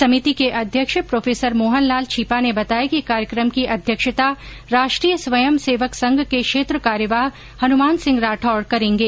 समिति के अध्यक्ष प्रो मोहन लाल छीपा ने बताया कि कार्यक्रम की अध्यक्षता राष्ट्रीय स्वयंसेवक संघ के क्षेत्र कार्यवाह हनुमान सिंह राठौड़ करेगें